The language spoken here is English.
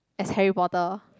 as Harry Potter